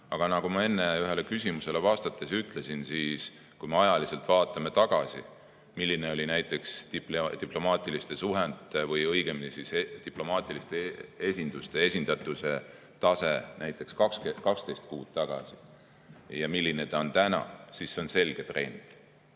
Aga nagu ma enne ühele küsimusele vastates ütlesin, kui me ajaliselt vaatame tagasi, milline oli näiteks diplomaatiliste suhete või õigemini diplomaatiliste esinduste esindatuse tase näiteks 12 kuud tagasi ja milline ta on nüüd, siis see on selge trend.